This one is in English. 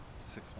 six